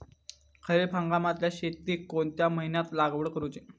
खरीप हंगामातल्या शेतीक कोणत्या महिन्यात लागवड करूची?